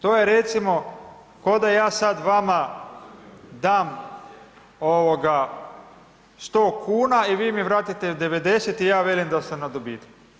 To je recimo koda ja sad vama dam 100,00 kn i vi mi vratite 90 i ja velim da sam na dobitku.